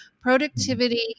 productivity